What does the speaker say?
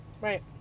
right